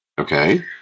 Okay